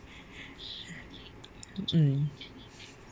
mm